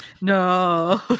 No